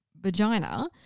vagina